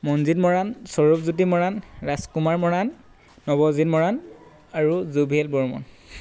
মনজিত মৰাণ সৌৰভ জ্যোতি মৰাণ ৰাজকুমাৰ মৰাণ নৱজিত মৰাণ আৰু জুভেইল বৰ্মন